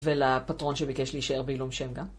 ולפטרון שביקש להישאר בעילום שם גם.